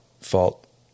fault